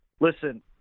Listen